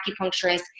acupuncturist